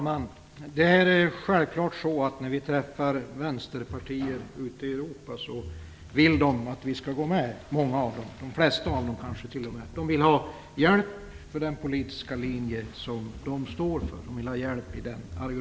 Herr talman! När vi träffar vänsterpartister ute i Europa vill de flesta av dem självklart att vi skall gå med i EU. De vill ha hjälp i argumentationen för den politiska linje som de står för.